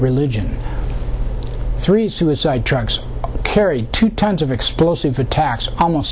religion three suicide drugs carry two tons of explosive attacks almost